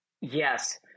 Yes